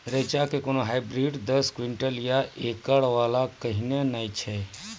रेचा के कोनो हाइब्रिड दस क्विंटल या एकरऽ वाला कहिने नैय छै?